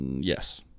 Yes